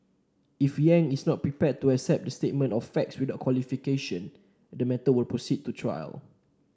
if Yang is not prepared to accept the statement of facts without qualification the matter will proceed to trial